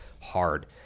hard